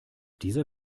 dieser